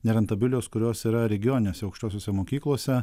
nerentabilios kurios yra regioninėse aukštosiose mokyklose